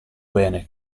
bene